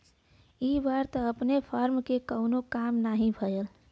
इ बार त अपनी फर्म के कवनो भी काम नाही भयल